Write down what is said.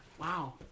Wow